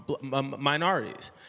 minorities